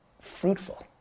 fruitful